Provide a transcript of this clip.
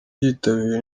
byitabiriwe